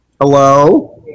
hello